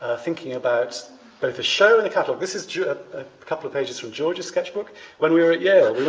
thinking about both the show and the catalog. this is a couple of pages from george's sketchbook when we were at yale.